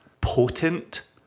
potent